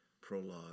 prologue